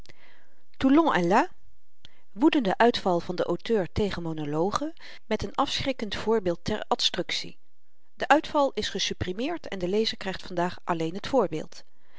toulon est là woedende uitval van den auteur tegen monologen met n afschrikkend voorbeeld ter adstructie de uitval is gesupprimeerd en de lezer krygt vandaag alleen t voorbeeld